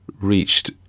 reached